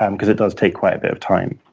um because it does take quite a bit of time.